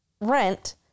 rent